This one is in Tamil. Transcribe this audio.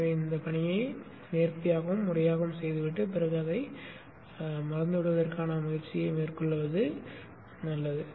எனவே இந்தப் பணியை நேர்த்தியாகவும் முறையாகவும் செய்துவிட்டு பிறகு அதை மறந்துவிடுவதற்கான முயற்சியை மேற்கொள்வது மதிப்பு